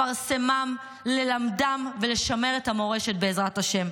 לפרסמם, ללמדם ולשמר את המורשת, בעזרת השם,